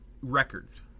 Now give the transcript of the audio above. records